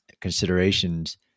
considerations